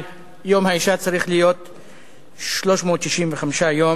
אבל יום האשה צריך להיות 365 יום,